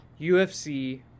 UFC